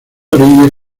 orillas